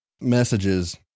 messages